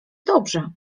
dobrze